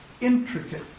intricate